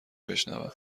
بشنوم